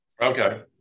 Okay